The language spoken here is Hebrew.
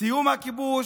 סיום הכיבוש,